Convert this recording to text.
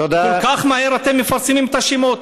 וכל כך מהר אתם מפרסמים את השמות?